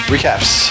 Recaps